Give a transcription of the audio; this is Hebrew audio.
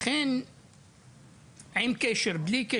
לכן עם קשר או בלי,